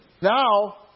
Now